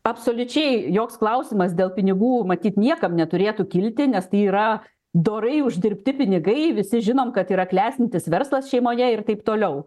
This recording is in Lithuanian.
absoliučiai joks klausimas dėl pinigų matyt niekam neturėtų kilti nes tai yra dorai uždirbti pinigai visi žinom kad yra klestintis verslas šeimoje ir taip toliau